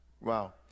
Wow